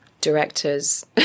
directors